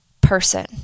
person